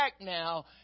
now